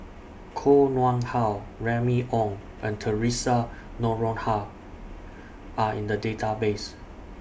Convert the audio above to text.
Koh Nguang How Remy Ong and Theresa Noronha Are in The Database